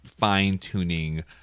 fine-tuning